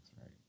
right